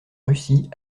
russie